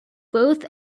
both